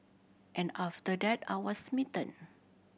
and after that I was smitten